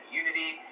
unity